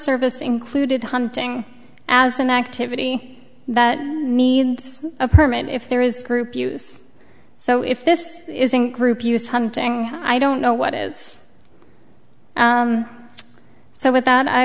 service included hunting as an activity that needs a permit if there is group use so if this is a group use hunting i don't know what is so with that i